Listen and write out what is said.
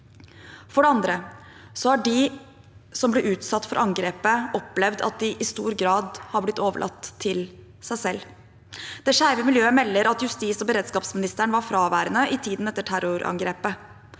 For det andre har de som ble utsatt for angrepet, opplevd at de i stor grad har blitt overlatt til seg selv. Det skeive miljøet melder at justis- og beredskapsministeren var fraværende i tiden etter terrorangrepet.